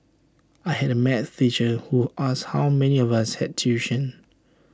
I had A math teacher who asked how many of us had tuition